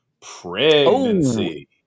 Pregnancy